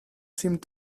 seemed